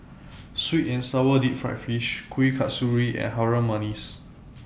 Sweet and Sour Deep Fried Fish Kueh Kasturi and Harum Manis